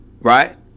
right